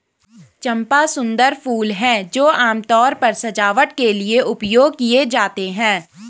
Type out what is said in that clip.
चंपा सुंदर फूल हैं जो आमतौर पर सजावट के लिए उपयोग किए जाते हैं